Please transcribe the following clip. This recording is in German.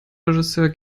regisseur